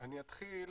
אני אתחיל